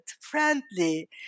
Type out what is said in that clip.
friendly